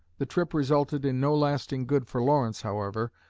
the trip resulted in no lasting good for lawrence, however,